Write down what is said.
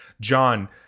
John